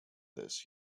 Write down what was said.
this